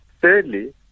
Thirdly